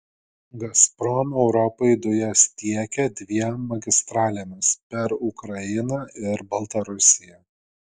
gazprom europai dujas tiekia dviem magistralėmis per ukrainą ir baltarusiją